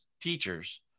teachers